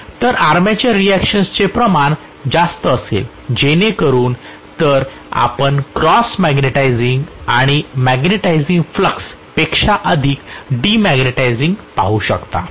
तर आर्मेचर रिअक्शनचे प्रमाण जास्त असेल जेणेकरून तर आपण क्रॉस मॅग्नेटिझिंग आणि मॅग्नेटिझींग फ्लक्स पेक्षा अधिक डीमॅग्नेटिझिंग पाहू शकता